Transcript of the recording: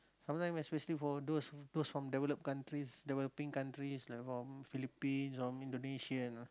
sometimes especially for those those from developed countries developing countries like from Philippines Indonesia